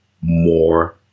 more